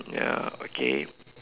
ya okay